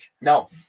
No